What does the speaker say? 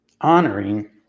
honoring